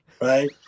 right